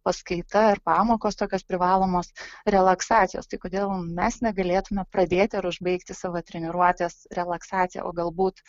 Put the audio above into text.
paskaita ar pamokos tokios privalomos relaksacijos tai kodėl mes negalėtume pradėti ir užbaigti savo treniruotes relaksacija o galbūt